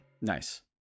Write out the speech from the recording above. Nice